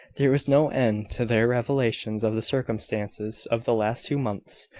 there was no end to their revelations of the circumstances of the last two months,